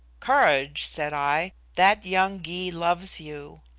courage, said i, that young gy loves you.